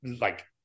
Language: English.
like-